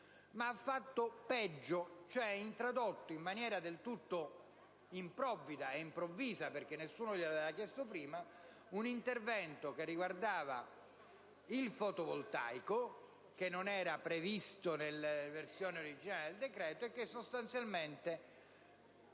ma ha fatto peggio, cioè ha introdotto in maniera del tutto improvvida e imprevista, perché nessuno glielo aveva chiesto prima, un intervento sul fotovoltaico, peraltro non previsto nella versione originale del decreto, che ha portato